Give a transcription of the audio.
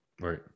Right